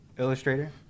illustrator